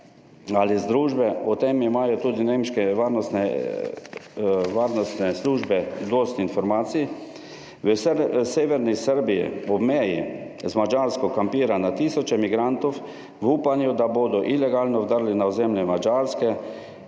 ali združbe - o tem imajo tudi nemške varnostne službe dosti informacij - v severni Srbiji ob meji z Madžarsko kampira na tisoče migrantov, v upanju, da bodo ilegalno vdrli na ozemlje Madžarske